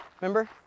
Remember